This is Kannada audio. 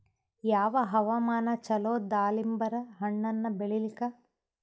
ಯಾವ ಹವಾಮಾನ ಚಲೋ ದಾಲಿಂಬರ ಹಣ್ಣನ್ನ ಬೆಳಿಲಿಕ?